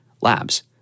labs